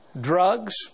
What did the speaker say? drugs